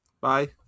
Bye